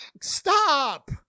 Stop